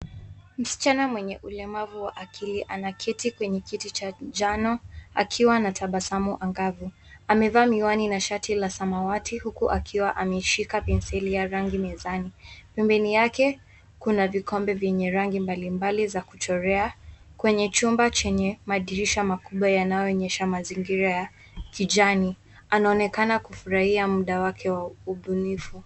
Msichana mwenye ulemavu akili anaketi kwenye kiti cha njano, akiwa anatabasamu ang'avu. Amevaa miwani na shati la samawati huku akiwa ameshika penseli ya rangi mezani. Pembeni yake kuna vikombe venye rangi mbalimbali za kuchorea. Kwenye chumba chenye madirisha makubwa yanayoonyesha mazingira ya kijani. Anaonekana kufurahia muda wake wa ubunifu.